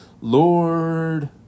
Lord